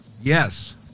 Yes